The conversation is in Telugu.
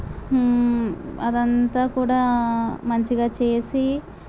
అదంతా కూడా మంచిగా చేసి